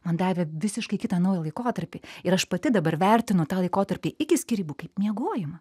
man davė visiškai kitą naują laikotarpį ir aš pati dabar vertinu tą laikotarpį iki skyrybų kaip miegojimą